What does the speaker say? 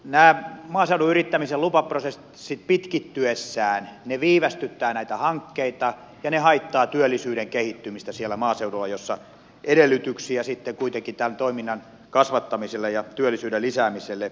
nämä maaseudun yrittämisen lupaprosessit pitkittyessään viivästyttävät näitä hankkeita ja ne haittaavat työllisyyden kehittymistä siellä maaseudulla missä edellytyksiä sitten kuitenkin tämän toiminnan kasvattamiselle ja työllisyyden lisäämiselle olisi